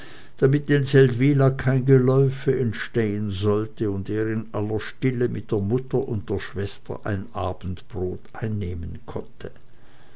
damit in seldwyla kein gelaufe entstehen sollte und er in aller stille mit der mutter und der schwester ein abendbrot einnehmen konnte